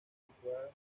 situadas